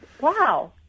wow